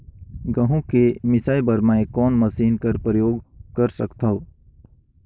गहूं के मिसाई बर मै कोन मशीन कर प्रयोग कर सकधव?